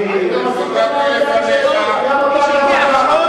אני הגעתי לפניך, הגעתי לפניך.